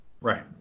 Right